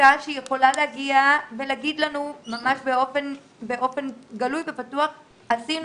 בדיקה שיכולה להגיע ולהגיד לנו באופן גלוי ופתוח עשינו